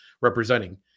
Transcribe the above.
representing